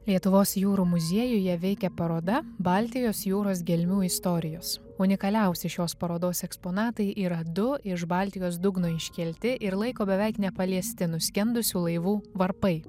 lietuvos jūrų muziejuje veikė paroda baltijos jūros gelmių istorijos unikaliausi šios parodos eksponatai yra du iš baltijos dugno iškelti ir laiko beveik nepaliesti nuskendusių laivų varpai